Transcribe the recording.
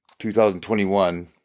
2021